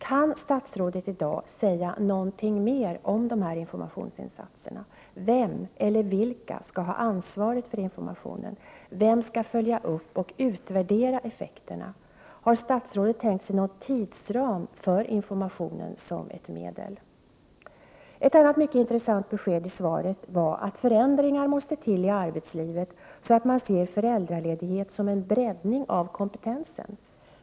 Kan statsrådet i dag säga någonting mer om dessa informationsinsatser? Vem eller vilka skall ha ansvaret för informationen? Vem skall följa upp och utvärdera effekterna? Har statsrådet tänkt sig någon tidsram för informationen som medel? Ett annat mycket intressant besked i svaret var att förändringar måste till i arbetslivet, så att man ser föräldraledighet som en breddning av kompetensen.